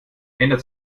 ändert